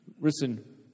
Listen